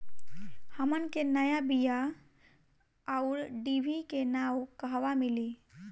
हमन के नया बीया आउरडिभी के नाव कहवा मीली?